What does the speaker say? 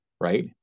right